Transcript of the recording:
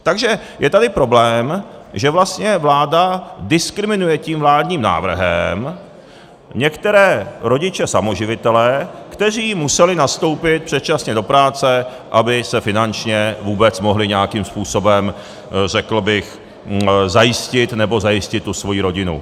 Takže je tady problém, že vlastně vláda diskriminuje vládním návrhem některé rodiče samoživitele, kteří museli nastoupit předčasně do práce, aby se finančně vůbec mohli nějakým způsobem zajistit, nebo zajistit tu svoji rodinu.